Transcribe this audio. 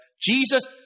Jesus